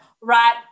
Right